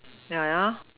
ya ya